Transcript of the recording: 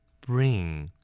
bring